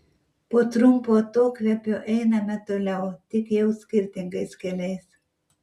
po trumpo atokvėpio einame toliau tik jau skirtingais keliais